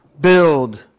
build